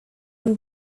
own